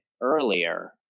earlier